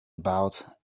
about